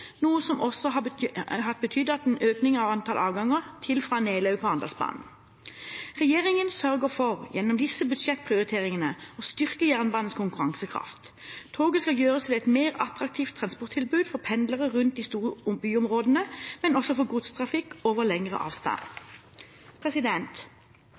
noe som også har betydd en økning i antall avganger til og fra Nelaug på Arendalsbanen. Regjeringen sørger gjennom disse budsjettprioriteringene for å styrke jernbanens konkurransekraft. Toget skal gjøres til et mer attraktivt transporttilbud for pendlere rundt de store byområdene, men også for godstrafikk over lengre